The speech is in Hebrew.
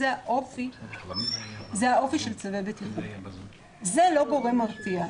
זה האופי של צווי בטיחות, זה לא גורם מרתיע.